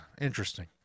interesting